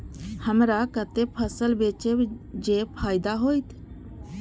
हमरा कते फसल बेचब जे फायदा होयत?